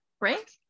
right